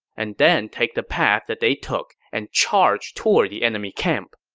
and then take the path that they took and charge toward the enemy camp.